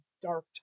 dark